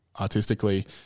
artistically